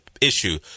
issue